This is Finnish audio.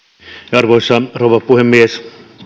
arvoisa rouva puhemies